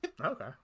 Okay